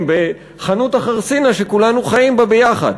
בחנות החרסינה שכולנו חיים בה ביחד.